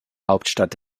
hauptstadt